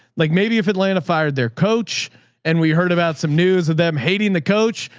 like maybe if atlanta fired their coach and we heard about some news of them hating the coach,